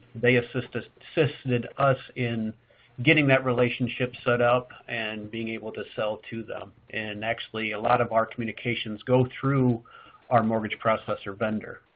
they assisted assisted us in getting that relationship set up and being able to sell to them. and actually, a lot of our communications go through our mortgage processor vendor.